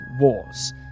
wars